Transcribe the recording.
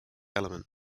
element